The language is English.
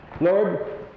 Lord